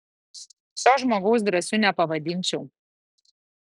šio žmogaus drąsiu nepavadinčiau